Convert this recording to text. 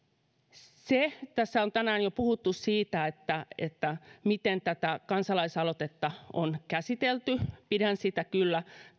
tässä on tänään jo puhuttu siitä miten tätä kansalaisaloitetta on käsitelty pidän kyllä